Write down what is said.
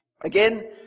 Again